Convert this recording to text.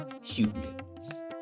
humans